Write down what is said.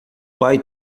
pai